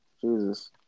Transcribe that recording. Jesus